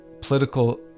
political